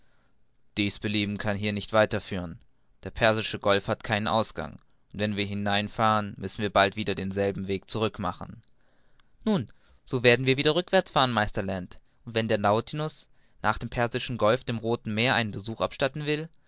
dies belieben kann hier hinaus nicht weit führen der persische golf hat keinen ausgang und wenn wir hinein fahren müssen wir bald wieder denselben weg zurück machen nun so werden wir wieder rückwärts fahren meister land und wenn der nautilus nach dem persischen golf dem rothen meer einen besuch abstatten will